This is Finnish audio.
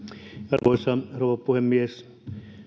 arvoisa rouva puhemies